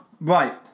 Right